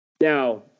Now